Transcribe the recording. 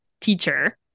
teacher